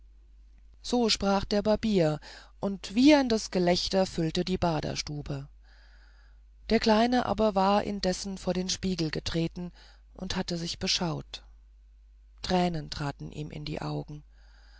so sprach der barbier und wieherndes gelächter füllte die baderstube der kleine aber war indes vor den spiegel getreten und hatte sich beschaut tränen traten ihm in die augen